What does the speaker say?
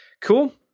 Cool